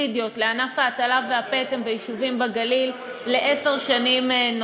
לענף ההטלה והפטם ביישובים בגליל בעשר שנים.